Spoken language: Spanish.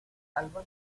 alba